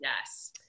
Yes